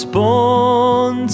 born